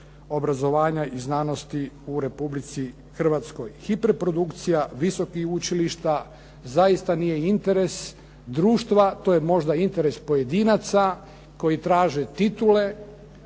obrazovanja i znanosti u Republici Hrvatskoj. Hiperprodukcija visokih učilišta zaista nije interes društva. To je možda interes pojedinaca koji traže titule